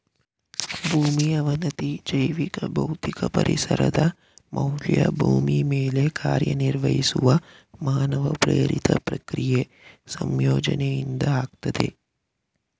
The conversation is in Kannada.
ಭೂಮಿ ಅವನತಿ ಜೈವಿಕ ಭೌತಿಕ ಪರಿಸರದ ಮೌಲ್ಯ ಭೂಮಿ ಮೇಲೆ ಕಾರ್ಯನಿರ್ವಹಿಸುವ ಮಾನವ ಪ್ರೇರಿತ ಪ್ರಕ್ರಿಯೆ ಸಂಯೋಜನೆಯಿಂದ ಆಗ್ತದೆ